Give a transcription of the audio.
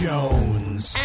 Jones